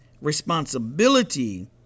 responsibility